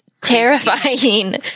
terrifying